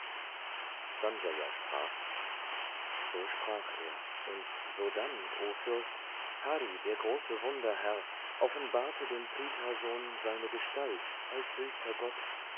sanjaya sprach so sprach er und sodann o fürst hari der große wunderherr offenbarte dem prith sohn seine gestalt als höchster gott